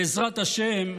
בעזרת השם,